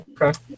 Okay